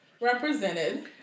represented